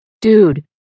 dude